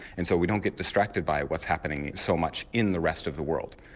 and so we don't get distracted by what's happening so much in the rest of the world.